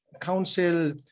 council